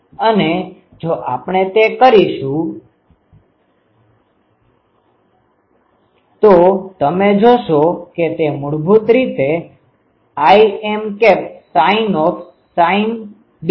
અને જો આપણે તે કરીશું તો તમે જોશો કે તે મૂળભૂત રીતે Imsin ૦ l2 છે